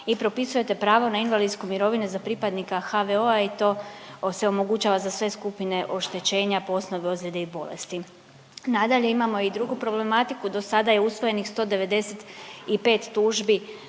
i propisujete pravo na invalidsku mirovinu za pripadnika HVO-a i to se omogućava za sve skupine oštećenja po osnove ozljede i bolesti. Nadalje, imamo i drugu problematiku, do sada je usvojenih 185 tužbi